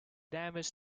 damned